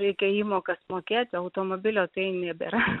reikia įmokas mokėti automobilio tai nebėra